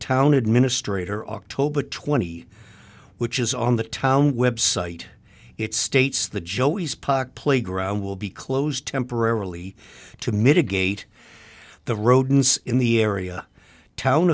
town administrator oct twenty which is on the town website it states the joeys pock playground will be closed temporarily to mitigate the rodents in the area town